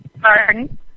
Pardon